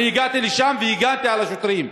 אני הגעתי לשם והגנתי על השוטרים,